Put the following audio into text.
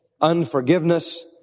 unforgiveness